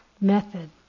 method